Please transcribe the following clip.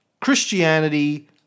Christianity